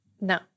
No